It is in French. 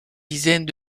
dizaines